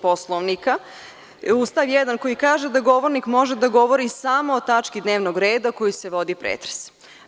Poslovnika, stav 1. koji kaže da govornik može da govori samo o tački dnevnog reda o kojoj se vodi pretres.